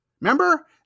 Remember